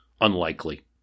unlikely